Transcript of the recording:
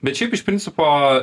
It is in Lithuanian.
bet šiaip iš principo